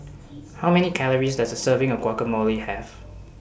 How Many Calories Does A Serving of Guacamole Have